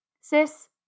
Sis